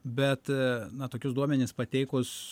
bet na tokius duomenis pateikus